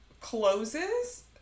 closes